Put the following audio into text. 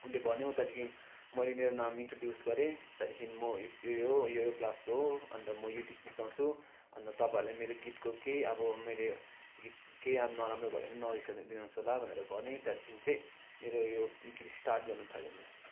उसले भन्यो त्यहाँदेखि मैले मेरो नाम इन्ट्रोड्युस गरेँ त्यहाँदेखि म यो यो यो यो क्लासको हो अन्त म यो गीत गीत गाउँछु अन्त तपाईँहरूले मेरो गीतको केही अब मैले गीत केही अब नराम्रो भयो भने पनि नरिसाइदिनुहोस् होला भनेर भनेँ त्यहाँदेखि चाहिँ मेरो यो गीत स्टार्ट गर्नु थालेँ मैले